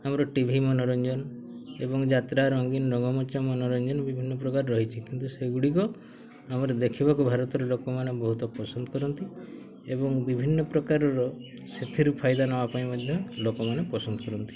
ଆମର ଟିଭି ମନୋରଞ୍ଜନ ଏବଂ ଯାତ୍ରାର ରଙ୍ଗୀନ ରଙ୍ଗମଞ୍ଚ ମନୋରଞ୍ଜନ ବିଭିନ୍ନ ପ୍ରକାର ରହିଚି କିନ୍ତୁ ସେଗୁଡ଼ିକ ଆମର ଦେଖିବାକୁ ଭାରତରେ ଲୋକମାନେ ବହୁତ ପସନ୍ଦ କରନ୍ତି ଏବଂ ବିଭିନ୍ନ ପ୍ରକାରର ସେଥିରୁ ଫାଇଦା ନେବା ପାଇଁ ମଧ୍ୟ ଲୋକମାନେ ପସନ୍ଦ କରନ୍ତି